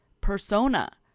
persona